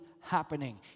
happening